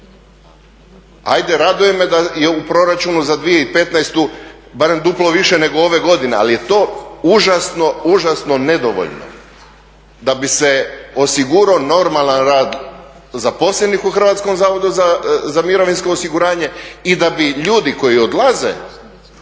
Ajde, raduje me da je u proračunu za 2015. barem duplo više nego ove godine, ali je to užasno nedovoljno da bi se osigurao normalan rad zaposlenih u Hrvatskom zavodu za mirovinsko osiguranje i da bi ljudi koji odlaze